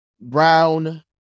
Brown